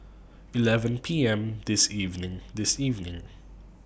eleven P M This evening This evening